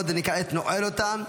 אני כעת נועל אותה.